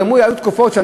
היו תקופות,